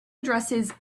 addresses